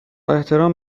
احترام